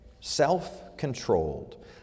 self-controlled